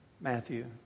Matthew